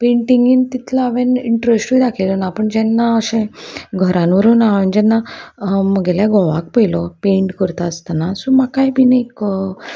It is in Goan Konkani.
पेंटिंगेन तितलो हांवेन इंट्रस्टूय दाखयलो ना पूण जेन्ना अशें घरान व्हरूना हांवेन जेन्ना म्हगेल्या घोवाक पयलो पेंट करता आसतना सो म्हाकाय बीन एक